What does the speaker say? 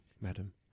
madam